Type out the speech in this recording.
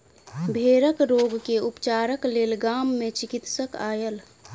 भेड़क रोग के उपचारक लेल गाम मे चिकित्सक आयल